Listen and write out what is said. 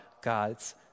God's